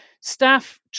Staff